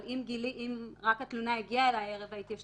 אבל התלונה הגיעה אלי רק ערב ההתיישנות,